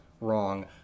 wrong